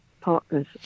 partners